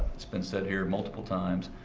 it's been said here multiple times,